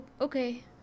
Okay